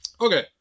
Okay